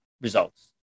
results